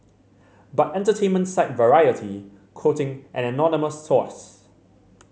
but entertainment site Variety quoting an anonymous source